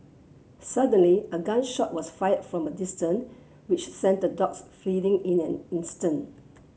suddenly a gun shot was fired from a distant which sent the dogs fleeing in an instant